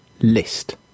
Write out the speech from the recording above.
LIST